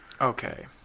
okay